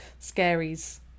scaries